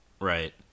Right